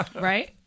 Right